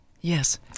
Yes